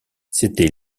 c’était